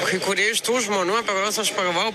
kai kurie iš tų žmonių apie kuriuos aš pagalvojau